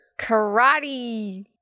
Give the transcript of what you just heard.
Karate